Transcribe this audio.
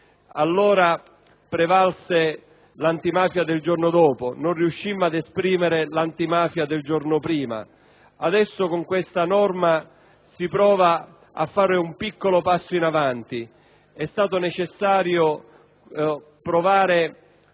Allora prevalse l'antimafia del giorno dopo; non riuscimmo ad esprimere l'antimafia del giorno prima. Ora con questa disposizione si prova a fare un piccolo passo in avanti. È stato necessario provare